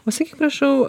o sakyk prašau